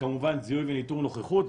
כמובן זיהוי לאיתור נוכחות.